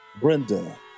brenda